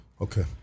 Okay